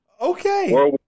Okay